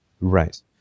Right